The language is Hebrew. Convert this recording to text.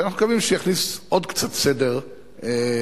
ואנחנו מקווים שהוא יכניס עוד קצת סדר בתחומים.